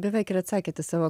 beveik ir atsakėt į savo